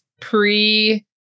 pre